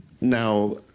Now